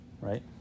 Right